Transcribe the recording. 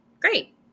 Great